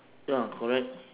ya correct